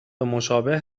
مشابه